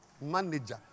Manager